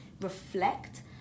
reflect